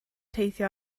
teithio